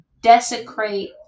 desecrate